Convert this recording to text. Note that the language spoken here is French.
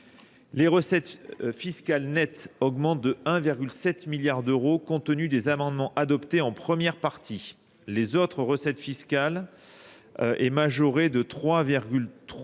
Les recettes fiscales nette augmentent de 1,7 milliard d'euros compte tenu des amendements adoptés en première partie. Les autres recettes fiscales est majorée de 3,348